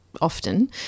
often